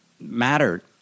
mattered